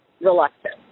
reluctant